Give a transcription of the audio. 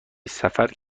سفر